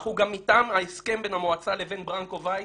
אך הוא גם מטעם ההסכם בין המועצה לבין ברנקו וייס.